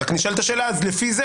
אבל נשאלת השאלה: לפי זה,